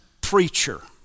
preacher